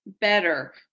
better